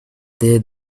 there